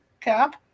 cap